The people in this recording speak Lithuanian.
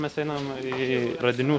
mes einam į radinių